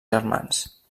germans